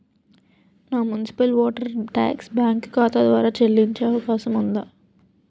నా municipal water tax bank ఖాతా ద్వారా చెల్లించే అవకాశం ఉందా?